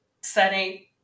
setting